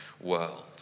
world